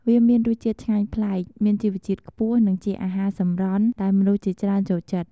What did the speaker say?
វាមានរសជាតិឆ្ងាញ់ប្លែក មានជីវជាតិខ្ពស់ និងជាអាហារសម្រន់ដែលមនុស្សជាច្រើនចូលចិត្ត។